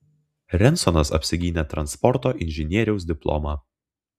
rensonas apsigynė transporto inžinieriaus diplomą